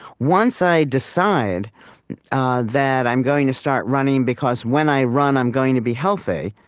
once i decide ah that i'm going to start running because when i run, i'm going to be healthy,